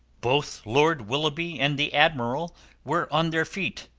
both lord willoughby and the admiral were on their feet.